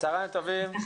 צוהריים טובים.